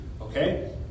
Okay